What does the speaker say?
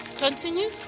Continue